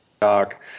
doc